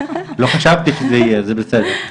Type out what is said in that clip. לא חשבתי שזה יהיה, זה בסדר.